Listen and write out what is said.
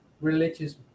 religious